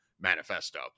manifesto